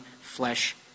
flesh